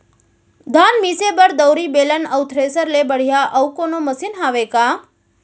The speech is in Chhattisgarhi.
धान मिसे बर दउरी, बेलन अऊ थ्रेसर ले बढ़िया अऊ कोनो मशीन हावे का?